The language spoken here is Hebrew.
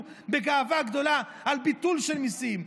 בגאווה גדולה והתהדרו בביטול של מיסים,